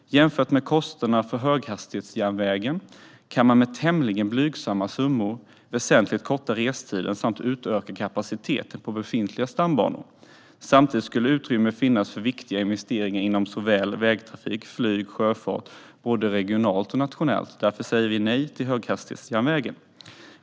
Jämfört med kostnaderna för höghastighetsjärnvägen kan man med tämligen blygsamma summor väsentligt korta restiden samt utöka kapaciteten på befintliga stambanor. Samtidigt skulle utrymme finnas för viktiga investeringar inom vägtrafik, flyg och sjöfart, både regionalt och nationellt. Därför säger vi nej till höghastighetsjärnvägen.